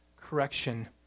correction